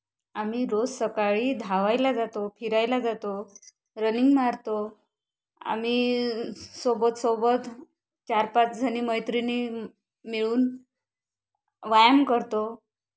आम्ही रोज सकाळी धावायला जातो फिरायला जातो रनिंग मारतो आम्ही सोबत सोबत चार पाचजनी मैत्रिणी मिळून व्यायाम करतो